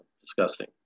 disgusting